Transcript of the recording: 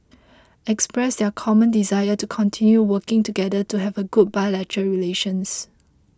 expressed their common desire to continue working together to have a good bilateral relations